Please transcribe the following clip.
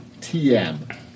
TM